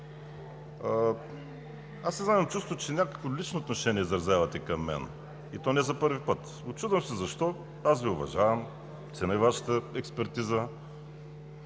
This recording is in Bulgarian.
Аз не знам, имам чувството, че някакво лично отношение изразявате към мен, и то не за първи път. Учудвам се защо! Аз Ви уважавам, ценя и Вашата експертиза,